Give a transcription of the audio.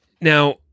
now